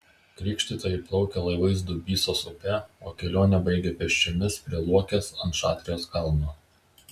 krikštytojai plaukė laivais dubysos upe o kelionę baigė pėsčiomis prie luokės ant šatrijos kalno